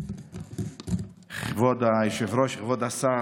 כבוד היושב-ראש, כבוד השר,